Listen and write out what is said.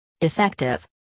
Effective